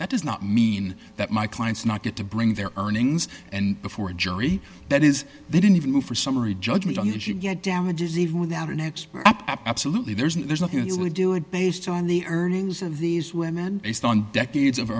that does not mean that my clients not get to bring their earnings and before a jury that is they didn't even move for summary judgment on this you get damages even without an expert absolutely there's no there's nothing you really do it based on the earnings of these women based on decades of